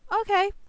okay